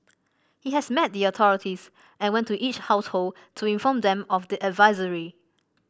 he has met the authorities and went to each household to inform them of the advisory